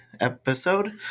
episode